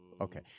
Okay